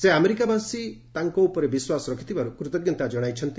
ସେ ଆମେରିକାବାସୀ ତାଙ୍କ ଉପରେ ବିଶ୍ୱାସ ରଖିଥିବାରୁ ସେ କୃତଜ୍ଞତା ଜଣାଇଛନ୍ତି